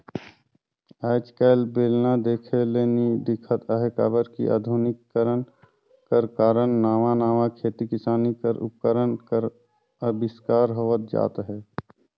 आएज काएल बेलना देखे ले नी दिखत अहे काबर कि अधुनिकीकरन कर कारन नावा नावा खेती किसानी कर उपकरन कर अबिस्कार होवत जात अहे